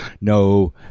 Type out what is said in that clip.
no